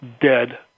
dead